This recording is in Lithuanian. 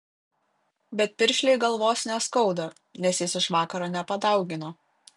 bet piršliui galvos neskauda nes jis iš vakaro nepadaugino